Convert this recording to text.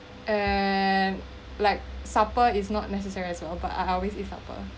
and like supper is not necessary as well but I always eat supper